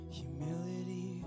humility